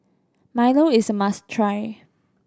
milo is a must try